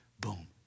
boom